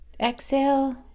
exhale